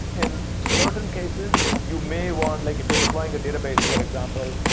in certain cases you may want like if you're deploying a database, for example,